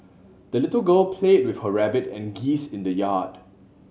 the little girl play with her rabbit and geese in the yard